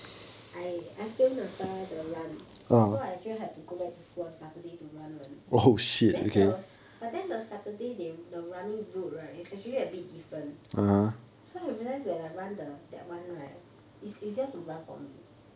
I I fail NAPFA the run so I actually have to go back to school on saturday to run one then there was but then saturday the running route right is actually a bit different so I realise when I run the that one right is actually easier to run for me